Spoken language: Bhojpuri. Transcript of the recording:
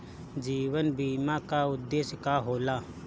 जीवन बीमा का उदेस्य का होला?